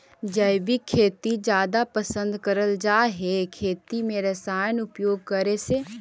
जैविक खेती जादा पसंद करल जा हे खेती में रसायन उपयोग करे से